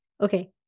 okay